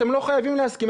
אתם לא חייבים להסכים,